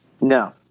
No